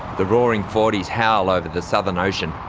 the roaring forties howl over the southern ocean,